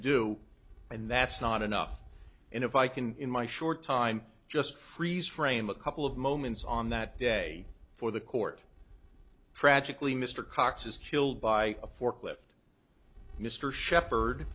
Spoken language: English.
do and that's not enough and if i can in my short time just freeze frame a couple of moments on that day for the court tragically mr cox is killed by a forklift mr shep